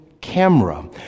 camera